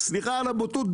סליחה על הבוטות,